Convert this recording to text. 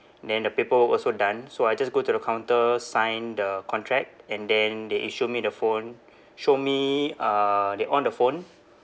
then the paperwork also done so I just go to the counter signed the contract and then they issued me the phone showed me uh they on the phone